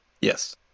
Yes